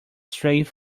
straight